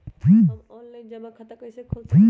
हम ऑनलाइन जमा खाता कईसे खोल सकली ह?